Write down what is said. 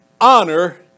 Honor